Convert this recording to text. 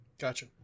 gotcha